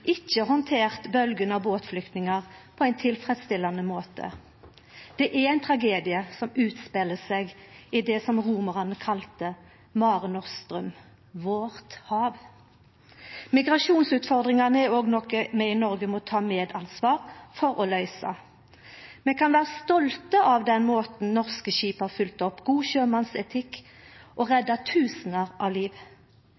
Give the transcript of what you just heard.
ikkje handtert bølgja av båtflyktningar på ein tilfredsstillande måte. Det er ein tragedie som utspeler seg i det som romarane kalla Mare Nostrum – vårt hav. Migrasjonsutfordringane er òg noko vi i Noreg må ta medansvar for å løysa. Vi kan vera stolte av den måten norske skip har følgt opp god sjømannsetikk på og